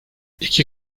i̇ki